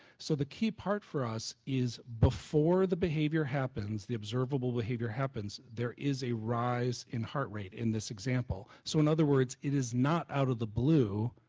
so the key part for us is before the behavior happens, the observable behavior happens, there is a rise in heart rate in this example, so in other words it is not out of the blue,